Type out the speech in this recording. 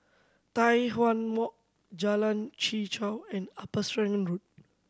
Tai Hwan Walk Jalan Chichau and Upper Serangoon Road